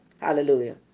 Hallelujah